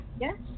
yes